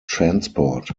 transport